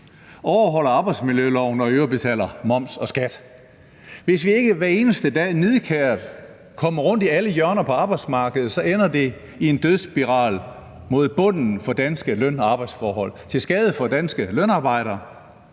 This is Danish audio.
overholder arbejdsmiljøloven og i øvrigt betaler moms og skat. Hvis vi ikke hver eneste dag nidkært kommer rundt i alle hjørner på arbejdsmarkedet, så ender det i en dødsspiral mod bunden for danske løn- og arbejdsforhold til skade for danske lønarbejdere,